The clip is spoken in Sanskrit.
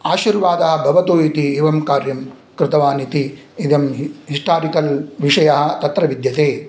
आशीर्वादा भवतु इति एवं कार्यं कृतवान् इति इदं हि हिस्टारिकल् विषयः तत्र विद्यते